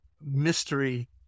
mystery